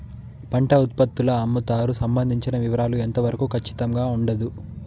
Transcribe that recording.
పంట ఉత్పత్తుల అమ్ముతారు సంబంధించిన వివరాలు ఎంత వరకు ఖచ్చితంగా ఉండదు?